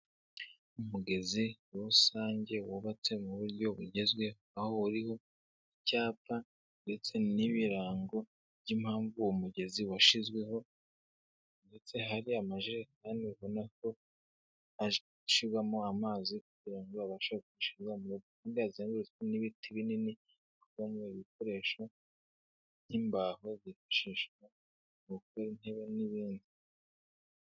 Umugezi rusange wubatse mu buryo bugezweho aho uriho icyapa ndetse n'ibirango by'impamvu uwo mugezi washizweho, ndetse hari amajerekani ubona ko ashirwamo amazi kugira ngo abashe gucamo, azengurutswe n'ibiti binini kimwe n'ibi bikoresho by'imbaho zifashishwa mu gukora intebe n'ibindi.